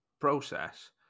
process